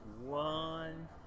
one